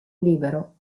libero